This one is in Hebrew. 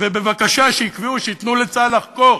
ובבקשה, שיקבעו, שייתנו לצה"ל לחקור.